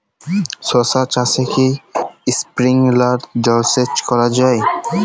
শশা চাষে কি স্প্রিঙ্কলার জলসেচ করা যায়?